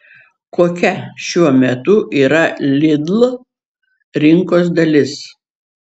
kokia šiuo metu yra lidl rinkos dalis